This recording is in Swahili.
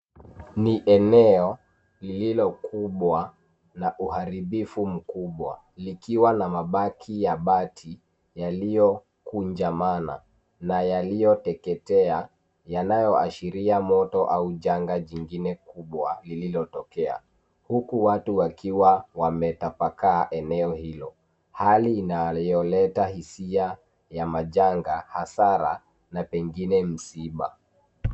Ni eneo lililokumbwa na uharibifu mkubwa likiwa na mabaki ya bati yaliyokunjamana na yaliyoteketea yanayoashiria moto au janga jingine kubwa lililotokea, huku watu wakiwa wametapakaa eneo hilo. Hali inayoleta hisia ya majanga, hasara na pengine msiba.